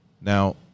Now